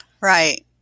Right